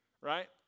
right